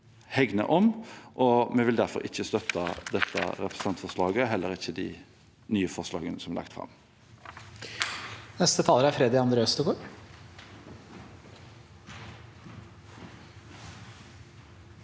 Vi vil derfor ikke støtte dette representantforslaget, og heller ikke de nye forslagene som er lagt fram.